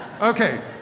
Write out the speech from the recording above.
Okay